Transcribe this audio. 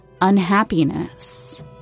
unhappiness